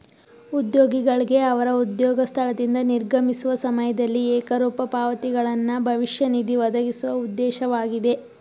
ಉದ್ಯೋಗಿಗಳ್ಗೆ ಅವ್ರ ಉದ್ಯೋಗ ಸ್ಥಳದಿಂದ ನಿರ್ಗಮಿಸುವ ಸಮಯದಲ್ಲಿ ಏಕರೂಪ ಪಾವತಿಗಳನ್ನ ಭವಿಷ್ಯ ನಿಧಿ ಒದಗಿಸುವ ಉದ್ದೇಶವಾಗಿದೆ